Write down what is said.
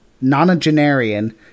nonagenarian